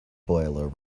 boiler